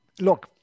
Look